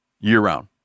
year-round